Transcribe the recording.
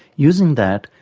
using that,